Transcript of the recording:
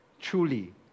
truly